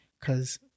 Cause